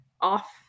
off